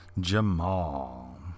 Jamal